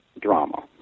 drama